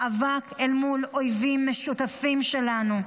מאבק אל מול אויבים משותפים שלנו.